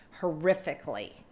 horrifically